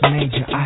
Major